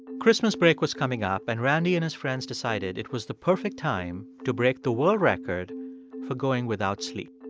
christmas break was coming up and randy and his friends decided it was the perfect time to break the world record for going without sleep.